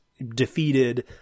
defeated